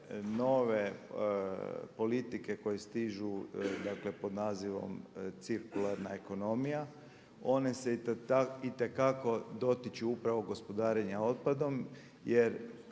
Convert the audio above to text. nove politike koje stižu dakle pod nazivom cirkularna ekonomija. One se itekako dotiču upravo gospodarenja otpadom jer